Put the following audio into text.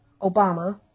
Obama